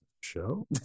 show